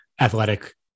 athletic